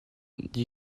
des